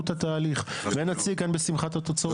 את התהליך ונציג כאן בשמחה את התוצאות.